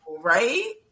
right